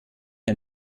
ein